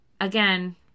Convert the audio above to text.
again